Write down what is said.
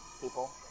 people